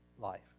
life